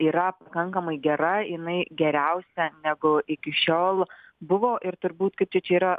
yra pakankamai gera jinai geriausia negu iki šiol buvo ir turbūt kaip čia čia yra